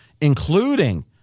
including